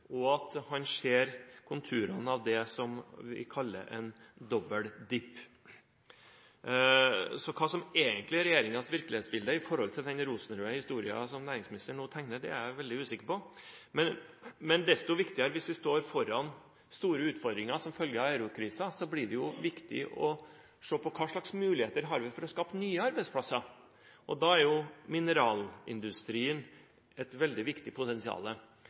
og at han ser konturene av det som vi kaller en «dobbel dip». Så hva som egentlig er regjeringens virkelighetsbilde – sett hen til den rosenrøde historien som næringsministeren nå tegner – er jeg veldig usikker på. Men desto viktigere: Hvis vi står foran store utfordringer som følge av eurokrisen, blir det viktig å se på hva slags muligheter vi har for å skape nye arbeidsplasser. Da har mineralindustrien et veldig viktig potensial.